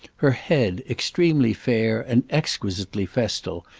her head, extremely fair and exquisitely festal,